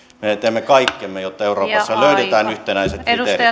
me teemme kaikkemme jotta euroopassa löydetään yhtenäiset